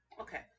okay